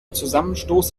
zusammenstoß